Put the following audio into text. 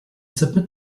submit